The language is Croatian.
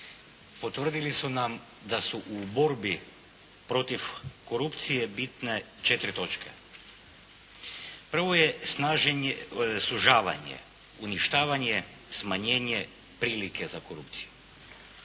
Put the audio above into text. potvrdili su nam da su u borbi protiv korupcije bitne četiri točke. Prvo je snaženje, sužavanje, uništavanje, smanjenje prilike za korupciju.